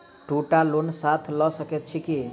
दु टा लोन साथ लऽ सकैत छी की?